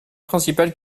principales